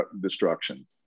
destruction